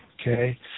okay